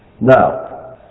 Now